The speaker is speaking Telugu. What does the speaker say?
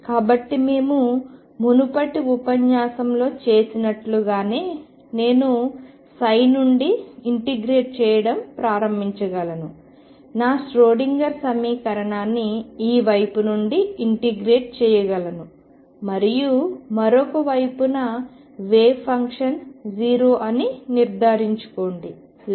కాబట్టి మేము మునుపటి ఉపన్యాసంలో చేసినట్లుగానే నేను నుండి ఇంటిగ్రేట్ చేయడం ప్రారంభించగలను నా ష్రోడింగర్ సమీకరణాన్ని ఈ వైపు నుండి ఇంటిగ్రేట్ చేయగలను మరియు మరొక వైపున వేవ్ ఫంక్షన్ 0 అని నిర్ధారించుకోండి